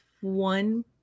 one